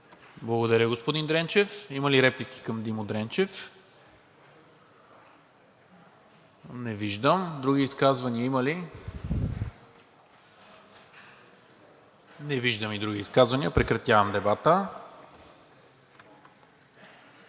Благодаря, господин Дренчев. Има ли реплики към Димо Дренчев? Не виждам. Други изказвания има ли? Не виждам и други изказвания. Прекратявам дебата.